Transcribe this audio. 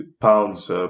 pounds